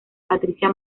patricia